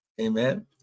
amen